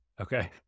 okay